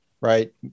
right